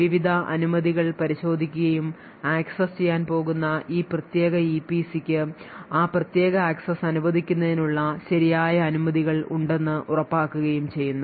വിവിധ അനുമതികൾ പരിശോധിക്കുകയും അക്സസ്സ് ചെയ്യാൻ പോകുന്ന ഈ പ്രത്യേക ഇപിസിക്ക് ആ പ്രത്യേക ആക്സസ് അനുവദിക്കുന്നതിനുള്ള ശരിയായ അനുമതികൾ ഉണ്ടെന്ന് ഉറപ്പാക്കുകയും ചെയ്യുന്നു